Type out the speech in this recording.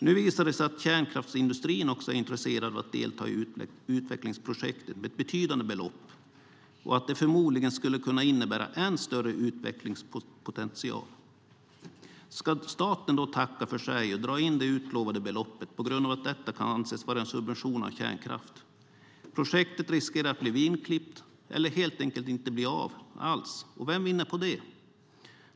Nu visar det sig att kärnkraftsindustrin också är intresserad av att delta i utvecklingsprojektet med ett betydande belopp och att det förmodligen skulle kunna innebära än större utvecklingspotential. Ska staten då tacka för sig och dra in det utlovade beloppet på grund av att detta kan anses vara en subvention av kärnkraft? Projektet riskerar att bli vingklippt eller helt enkelt inte bli av alls. Vem vinner på det?